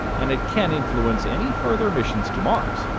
and it can influence any further missions to mars.